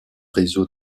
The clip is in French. réseau